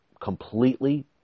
completely